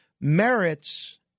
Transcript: merits